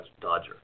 dodger